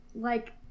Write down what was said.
like-